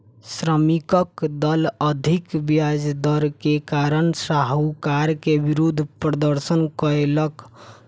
श्रमिकक दल अधिक ब्याज दर के कारण साहूकार के विरुद्ध प्रदर्शन कयलक